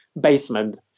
basement